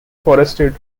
forested